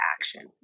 action